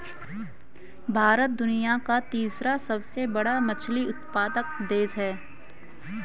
भारत दुनिया का तीसरा सबसे बड़ा मछली उत्पादक देश है